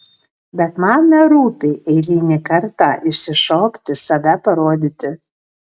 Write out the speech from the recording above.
bet man nerūpi eilinį kartą išsišokti save parodyti